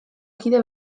kide